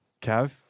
Kev